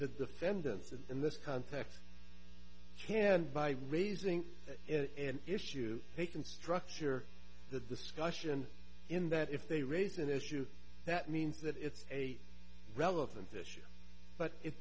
the defendants in this context can by raising an issue they can structure the discussion in that if they raise an issue that means that it's a relevant issue but it